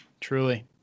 truly